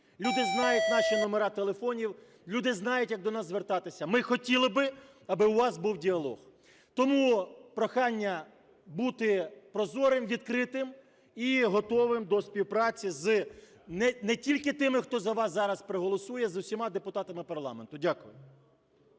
Люди знають наші номери телефонів. Люди знають, як до нас звертатися. Ми хотіли би, аби у нас був діалог. Тому прохання бути прозорим, відкритим і готовим до співпраці з не тільки тими, хто за вас зараз проголосує, а з усіма депутатами парламенту. Дякую.